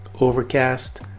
Overcast